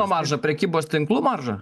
kieno maržą prekybos tinklų maržą